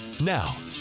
Now